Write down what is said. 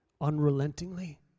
unrelentingly